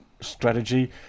strategy